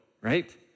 right